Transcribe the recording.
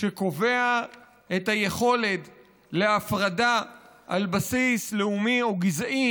שקובע את היכולת להפרדה על בסיס לאומי או גזעי